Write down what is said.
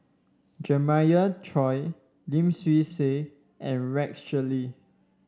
Jeremiah Choy Lim Swee Say and Rex Shelley